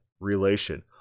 relation